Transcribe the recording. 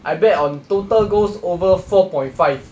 I bet on total goals over four point five